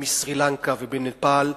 מסרי-לנקה ומנפאל,